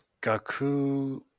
Gaku